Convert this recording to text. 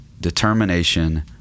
determination